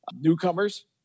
Newcomers